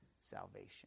salvation